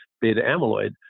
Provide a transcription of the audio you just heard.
beta-amyloid